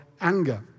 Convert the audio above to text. anger